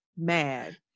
mad